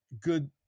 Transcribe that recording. good